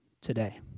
today